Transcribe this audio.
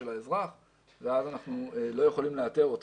של האזרח ואז אנחנו לא יכולים לאתר אותו.